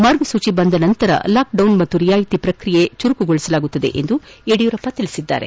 ಮಾರ್ಗಸೂಚಿ ಬಂದ ನಂತರ ಲಾಕ್ಡೌನ್ ಹಾಗೂ ರಿಯಾಯಿತಿ ಪ್ರಕ್ರಿಯೆಗಳನ್ನು ಚುರುಕುಗೊಳಿಸಲಾಗುವುದು ಎಂದು ಯಡಿಯೂರಪ್ಪ ತಿಳಿಸಿದರು